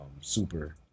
super